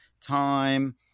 time